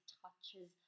touches